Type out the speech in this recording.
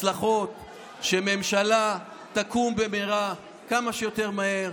הצלחות, שממשלה תקום במהרה כמה שיותר מהר.